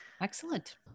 excellent